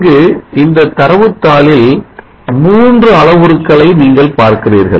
இங்கு இந்த தரவு தாளில் மூன்று அளவுருக்களை நீங்கள் பார்க்கிறீர்கள்